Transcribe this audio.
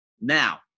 Now